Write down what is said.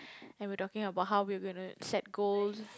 and we talking about how we were going to set goals